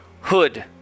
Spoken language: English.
hood